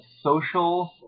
social